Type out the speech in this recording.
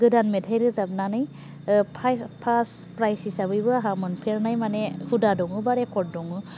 गोदान मेथाय रोजाबनानै फाय फार्स प्राइज हिसाबैबो आंहा मोनफेरनाय माने हुदा दङ बा रेकर्ड दङ